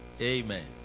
Amen